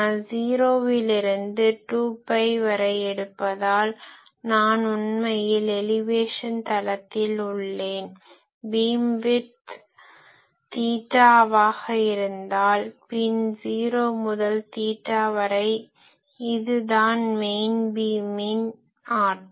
0விலிருந்து 2பை வரை எடுப்பதால் நான் உண்மையில் எலிவேஷன் தளத்தில் உள்ளேன் பீம்விட்த் தீட்டா ஆக இருந்தால் பின் 0 முதல் தீட்டா வரை இதுதான் மெயின் பீமின் ஆற்றல்